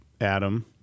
Adam